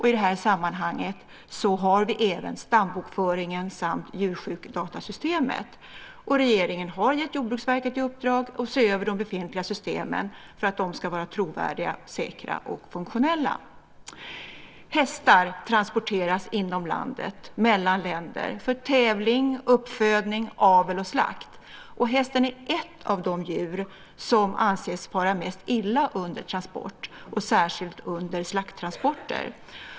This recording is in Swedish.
I det sammanhanget har vi även stambokföringen samt djursjukdatasystemet. Regeringen har gett Jordbruksverket i uppdrag att se över de befintliga systemen för att de ska vara trovärdiga, säkra och funktionella. Hästar transporteras inom landet och mellan länder för tävling, uppfödning, avel och slakt. Hästen är ett av de djur som anses fara mest illa under transport, särskilt under slakttransporter.